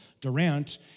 Durant